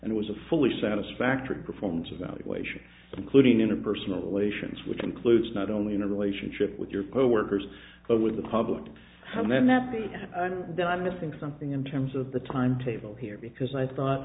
and it was a fully satisfactory performance evaluation including interpersonal relations which includes not only in a relationship with your coworkers but with the public comment that the i'm missing something in terms of the timetable here because i thought